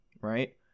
right